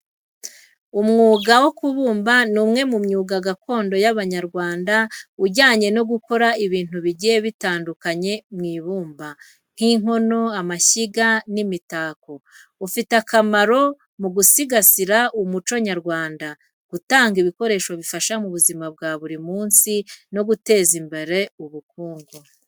Umwuga wo kubumba ni umwe mu myuga gakondo y’Abanyarwanda ujyanye no gukora ibintu bigiye bitandukanye mu ibumba, nk’inkono, amashyiga, n’imitako. Ufite akamaro mu gusigasira umuco nyarwanda, gutanga ibikoresho bifasha mu buzima bwa buri munsi, no guteza imbere ubukungu.